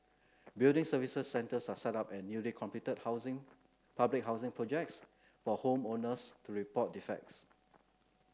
building services centres are set up at newly completed housing public housing projects for home owners to report defects